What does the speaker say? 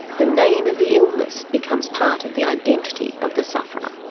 the name of the illness becomes part of the identity of the sufferer.